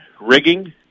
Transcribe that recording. rigging